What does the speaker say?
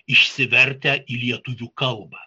išsivertę į lietuvių kalbą